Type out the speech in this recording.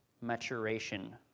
Maturation